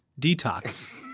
*Detox*